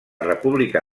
república